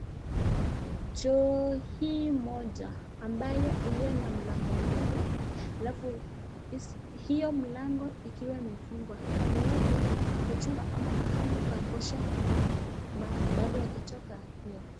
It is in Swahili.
Choo hii moja ambayo iliyo na mlango mbili alafu hiyo mlango ikiwa imefungwa .Kando yake kuchua ama mahali pa kuosha mkono baada ya kutoka vyoo.